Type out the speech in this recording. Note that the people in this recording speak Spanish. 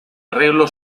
arreglo